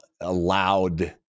allowed